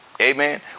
Amen